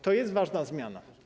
To jest ważna zmiana.